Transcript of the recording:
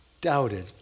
Doubted